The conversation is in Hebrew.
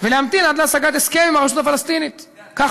ולהמתין עד להשגת הסכם עם הרשות הפלסטינית." כך,